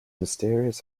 mysterious